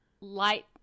light